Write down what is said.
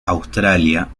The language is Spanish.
australia